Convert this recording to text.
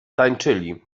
tańczyli